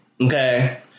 Okay